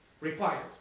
required